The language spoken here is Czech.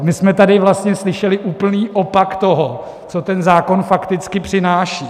My jsme tady vlastně slyšeli úplný opak toho, co zákon fakticky přináší.